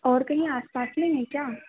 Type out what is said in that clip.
और कहीं आसपास नहीं है क्या